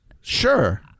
Sure